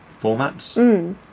formats